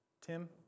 Tim